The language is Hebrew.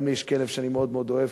גם לי יש כלב שאני מאוד מאוד אוהב.